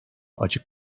açık